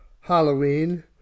Halloween